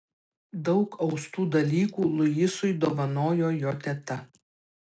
daug austų dalykų luisui dovanojo jo teta